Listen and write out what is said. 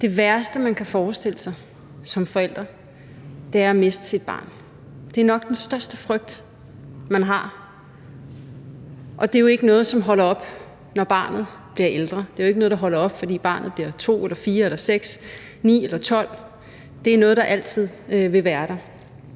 Det værste, man kan forestille sig som forælder, er at miste sit barn. Det er nok den største frygt, man har, og det er jo ikke noget, der holder op, når barnet bliver ældre. Det er jo ikke noget, der holder op, fordi barnet bliver 2, 4 eller 6 år, 9 år eller 12 år. Det er noget, der altid vil være der.